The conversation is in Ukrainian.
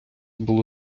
було